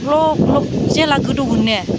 ग्लब ग्लब जेब्ला गोदौगोन ने